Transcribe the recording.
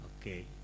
Okay